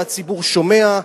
והציבור שומע,